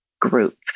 group